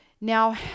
Now